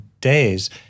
days